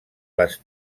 les